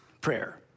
prayer